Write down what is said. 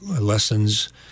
lessons